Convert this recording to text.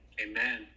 Amen